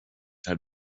had